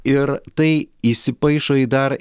ir tai įsipaišo į dar